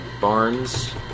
Barnes